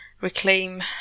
reclaim